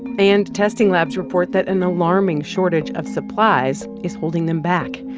and testing labs report that an alarming shortage of supplies is holding them back.